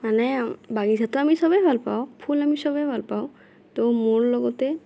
মানে বাগিচাতো আমি চবে ভাল পাওঁ ফুল আমি চবে ভাল পাওঁ ত' মোৰ লগতে